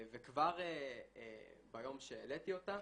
וכבר ביום שהעליתי אותה